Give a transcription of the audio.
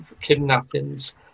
kidnappings